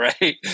right